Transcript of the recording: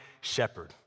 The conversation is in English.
shepherd